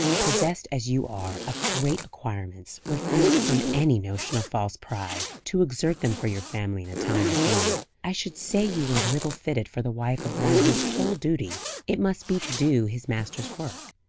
possessed as you are of great acquirements, refused from any notion of false pride, to exert them for your family in a time of need, i should say you were little fitted for the wife of one whose whole duty it must be to do his master's work.